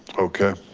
okay,